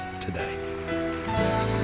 today